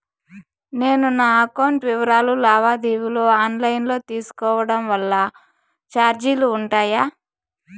నేను నా అకౌంట్ వివరాలు లావాదేవీలు ఆన్ లైను లో తీసుకోవడం వల్ల చార్జీలు ఉంటాయా?